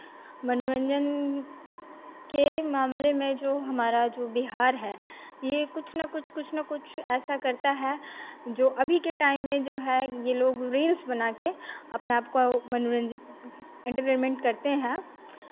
मनोरंजन के मामले में जो हमारा जो बिहार है ये कुछ ना कुछ कुछ ना कुछ ऐसा करता है जो अभी के टाइम में जो है ये लोग रील्स बनाके अपना आपको मनोरंजित इंटरटेनमेंट करते हैं